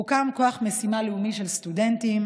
הוקם כוח משימה לאומי של סטודנטים,